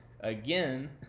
again